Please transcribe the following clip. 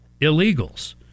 illegals